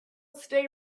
stay